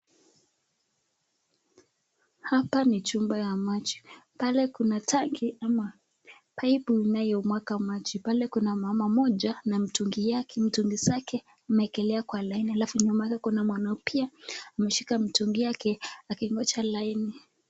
Hapa ni chumba ya maji. Pale kuna tangi ama paipu inayomwaga maji. Pale kuna mama mmoja na mtungi yake mtungi zake ameekelea kwa laini alafu nyuma yake kuna mwanamke pia, ameshika mtungi yake akingoja laini.